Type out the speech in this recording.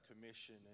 Commission